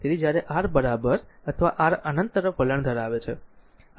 તેથી જ્યારે R અથવા R અનંત તરફ વલણ ધરાવે છે i v R છે